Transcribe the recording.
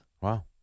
Wow